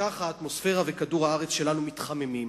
וכך האטמוסיפרה וכדור-הארץ שלנו מתחממים.